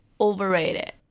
overrated